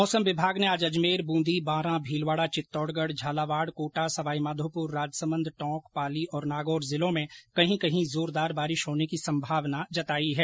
मौसम विभाग ने आज अजमेर बूंदी बारां भीलवाडा चित्तौडगढ झालावाड कोटा सवाईमाधोपुर राजसमंद टोंक पाली और नागौर जिलों में कहीं कहीं जोरदार बारिश होने की संभावना जताई है